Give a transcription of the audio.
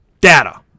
Data